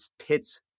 pits